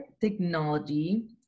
technology